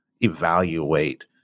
evaluate